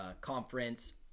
conference